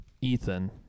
Ethan